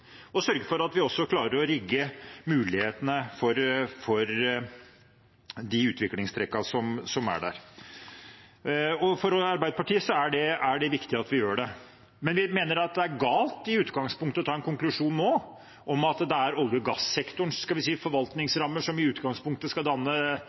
at vi også klarer å rigge mulighetene for de utviklingstrekkene som er der. For Arbeiderpartiet er det viktig at vi gjør det. Men vi mener at det er galt å dra en konklusjon nå om at det er olje- og gassektorens, skal vi si,